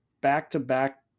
back-to-back